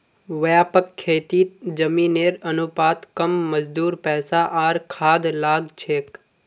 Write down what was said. व्यापक खेतीत जमीनेर अनुपात कम मजदूर पैसा आर खाद लाग छेक